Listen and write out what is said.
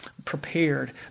prepared